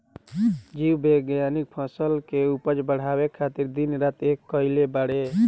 जीव विज्ञानिक फसल के उपज बढ़ावे खातिर दिन रात एक कईले बाड़े